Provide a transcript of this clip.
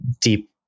deep